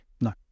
No